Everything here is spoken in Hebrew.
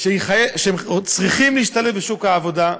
שהם צריכים להשתלב בשוק העבודה,